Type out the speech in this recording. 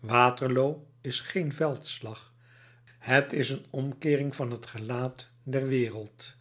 waterloo is geen veldslag t is een omkeering van t gelaat der wereld